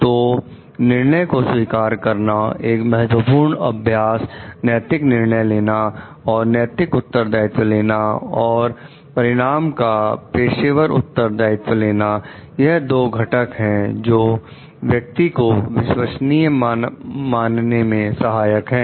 तो निर्णय को स्वीकार करना एक महत्वपूर्ण अभ्यास नैतिक निर्णय लेना और नैतिक उत्तरदायित्व लेना और परिणाम का पेशावर उत्तरदायित्व लेना यह दो घटक है जो व्यक्ति को विश्वसनीय मानने में सहायक हैं